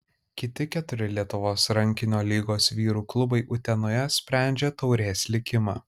kiti keturi lietuvos rankinio lygos vyrų klubai utenoje sprendžia taurės likimą